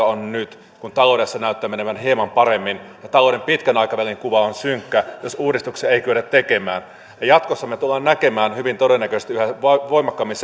on nyt kun taloudessa näyttää menevän hieman paremmin talouden pitkän aikavälin kuva on synkkä jos uudistuksia ei kyetä tekemään jatkossa me tulemme näkemään hyvin todennäköisesti yhä voimakkaammin